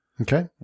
Okay